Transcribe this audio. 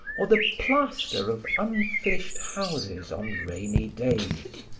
or the plaster of unfinished houses on rainy days,